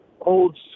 old